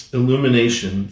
illumination